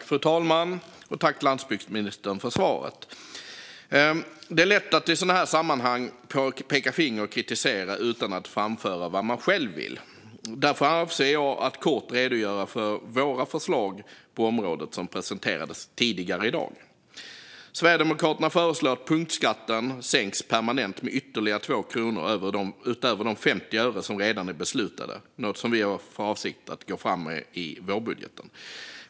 Fru talman! Tack, landsbygdsministern, för svaret! Det är lätt i sådana här sammanhang att peka finger och kritisera utan att framföra vad man själv vill. Därför avser jag att kort redogöra för våra förslag på området, som presenterades tidigare i dag. Sverigedemokraterna föreslår att punktskatten sänks permanent med ytterligare 2 kronor utöver de 50 öre som redan är beslutade, något som vi har för avsikt att gå fram med i vårbudgeten.